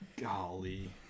Golly